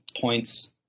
points